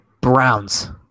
Browns